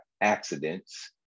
accidents